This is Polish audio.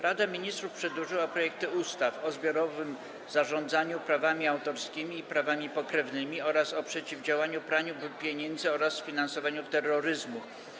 Rada Ministrów przedłożyła projekty ustaw: - o zbiorowym zarządzaniu prawami autorskimi i prawami pokrewnymi, - o przeciwdziałaniu praniu pieniędzy oraz finansowaniu terroryzmu.